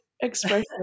expression